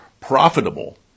profitable